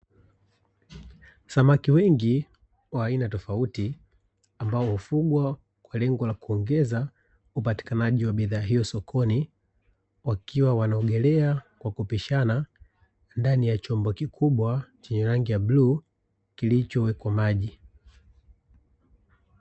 Samaki wengi wa aina tofauti ambao hufugwa kwa lengo la kuongeza upatikanaji wa bidhaa hiyo sokoni, wakiwa wanaogelea kwa kupishana ndani ya chombo kikubwa chenye rangi ya bluu kilichowekwa maji.